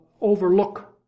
overlook